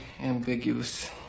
ambiguous